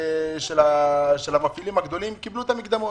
של המפעילים הגדולים קיבלו את המקדמות